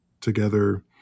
together